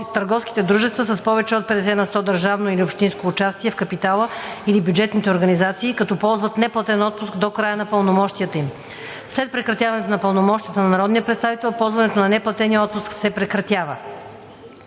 търговските дружества с повече от 50 на сто държавно или общинско участие в капитала или бюджетните организации, като ползват неплатен отпуск до края на пълномощията им. След прекратяването на пълномощията на народен представител ползването на неплатения отпуск се прекратява.“